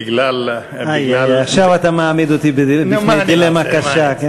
בגלל עכשיו אתה מעמיד אותי בפני דילמה קשה.